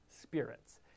spirits